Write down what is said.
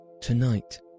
Tonight